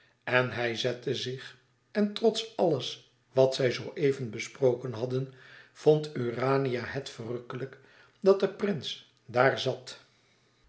en hij zette zich en trots alles wat zij zooeven besproken hadden vond urania het verrukkelijk dat de prins daar zat